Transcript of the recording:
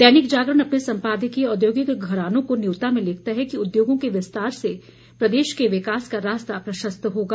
दैनिक जागरण अपने सम्पादकीय औद्योगिक घरानों को न्योता में लिखता है कि उद्योगों के विस्तार से प्रदेश के विकास का रास्ता प्रशस्त होगा